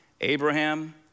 Abraham